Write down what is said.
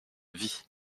vie